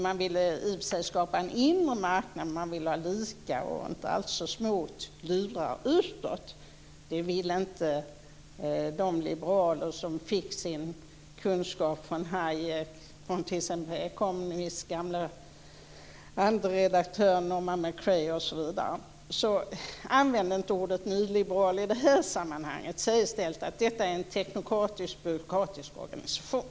Man vill skapa en inre marknad, men man vill ha murar utåt. Det vill inte de liberaler som fick sin kunskap från Hayek, från The Economists gamle andre andreredaktör Norman Macrae osv. Använd inte ordet nyliberal i detta sammanhang. Säg i stället att EU är en teknokratisk, byråkratisk organisation.